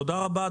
תודה רבה,